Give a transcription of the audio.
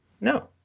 No